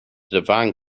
divine